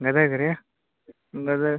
ಗದಗ ರೀ ಗದಗ